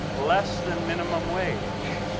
less than minimum wage,